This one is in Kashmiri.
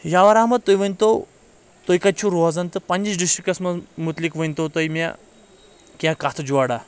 یاور احمد تُہۍ ؤنتو تُہۍ کتہِ چھِو روزان تہٕ پننِس ڈرسٹرکٹس منٛز متعلق ؤنتو مےٚ کینٛہہ کتھہٕ جوراہ